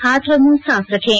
हाथ और मुंह साफ रखें